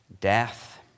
death